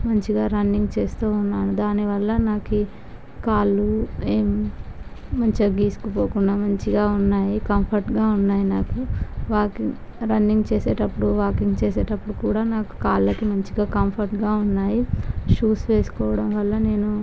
మంచిగా రన్నింగ్ చేస్తూ ఉన్నాను దానివల్ల నాకు ఈ కాళ్ళు మంచిగా గీసుకుపోకుండా మంచిగా ఉన్నాయి కంఫర్టుగా ఉన్నాయి నాకు వాకిం రన్నింగ్ చేసేటప్పుడు వాకింగ్ చేసేటప్పుడు కూడా నాకు కాళ్ళకి మంచిగా కంఫర్టుగా ఉన్నాయి షూస్ వేసుకోవడంవల్ల నేను